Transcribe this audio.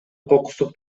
кокустук